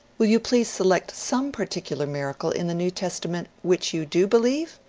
will you please select some particular miracle in the new testament which you do believe?